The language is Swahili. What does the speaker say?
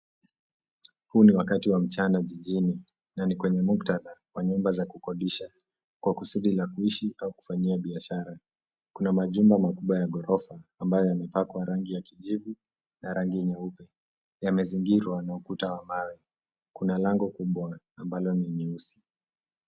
Huu ni wakati wa mchana jijini na ni kwenye muktadha wa nyumba za kukodisha kwa kusudi la kuishi au kufanyia biashara. Kuna majumba makubwa ya ghorofa ambayo yamepakwa rangi ya kijivu na rangi nyeupe. Yamezingirwa na ukuta wa mawe. Kuna lango kubwa ambalo ni nyeusi.